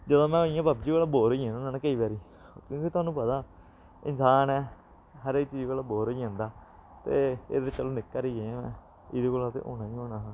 जदूं में होई इ'यां पबजी कोला बोर होई जना होन्ना केईं बारी क्योंकि थुहानूं पता इंसान ऐ हर इक चीज कोला बोर होई जंदा ते एह्दे चलो निक्का हारी गेम ऐ एह्दे कोला ते होना गै होना हा